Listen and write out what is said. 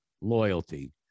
loyalty